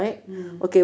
mm